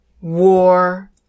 war